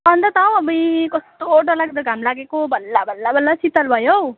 अन्त त हौ अबुइ कस्तो डरलाग्दो घाम लागेको बल्ल बल्ल बल्ल शीतल भयो हौ